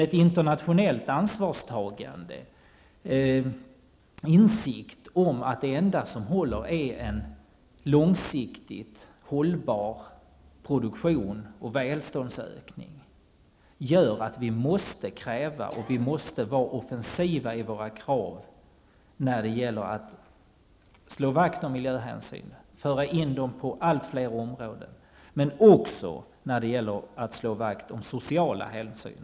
Ett internationellt ansvarstagande, insikt om att det enda som håller är långsiktigt hållbar produktion och välståndsökning, gör att vi måste vara offensiva i våra krav på att slå vakt om miljöhänsynen, att föra in dem på allt fler områden. Men vi måste också ställa krav när det gäller att slå vakt om sociala hänsyn.